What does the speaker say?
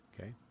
Okay